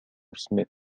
سميث